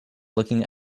looking